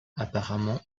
apparemment